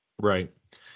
Right